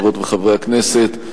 חברות וחברי הכנסת,